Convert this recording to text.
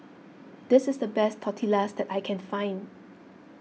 this is the best Tortillas I can find